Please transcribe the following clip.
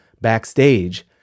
backstage